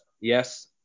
Yes